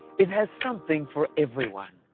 it has something for everyone.